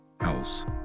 house